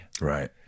right